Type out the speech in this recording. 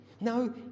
No